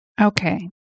Okay